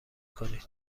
کنید